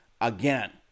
again